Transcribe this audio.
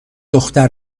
دختر